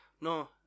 no